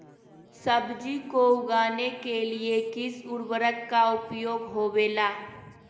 सब्जी को उगाने के लिए किस उर्वरक का उपयोग होबेला?